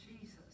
Jesus